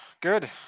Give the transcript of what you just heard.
Good